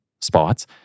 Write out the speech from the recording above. spots